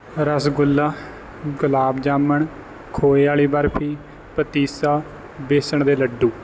ਰਸਗੁੱਲਾ ਗੁਲਾਬ ਜਾਮੁਨ ਖੋਏ ਵਾਲੀ ਬਰਫ਼ੀ ਪਤੀਸਾ ਬੇਸਣ ਦੇ ਲੱਡੂ